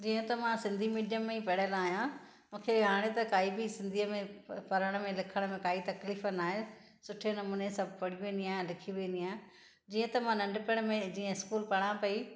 जीअं त मां सिंधी मीडियम में ई पढ़ियल आहियां मूंखे हाणे त काई बि सिंधीअ में पढ़ण में लिखण में काई तकलीफ़ नाहे सुठे नमूने सभु पढ़ी वेंदी आहियां लिखी वेंदी आहियां जीअं त मां नंढपिण में जीअं इस्कूलु पढ़ां पई